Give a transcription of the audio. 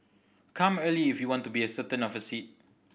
come early if you want to be a certain of a seat